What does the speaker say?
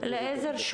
אליעזר,